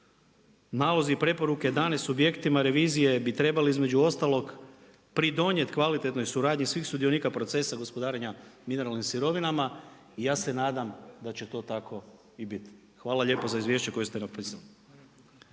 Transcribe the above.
nalozi i preporuke dane subjektima revizije bi trebali između ostalog pridonijeti kvalitetnoj suradnji svih sudionika procesa gospodarenja mineralnim sirovinama i ja se nadam da će to tako i biti. Hvala lijepo za izvješće koje ste napisali.